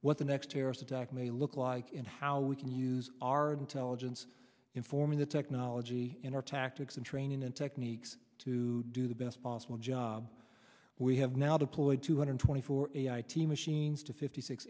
what the next terrorist attack may look like and how we can use our intelligence in forming the technology in our tactics and training and techniques to do the best possible job we have now deployed two hundred twenty four team machines to fifty six